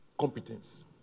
competence